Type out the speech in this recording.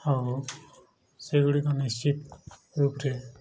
ହଉ ସେଗୁଡ଼ିକ ନିଶ୍ଚିତ ରୂପରେ